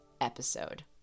episode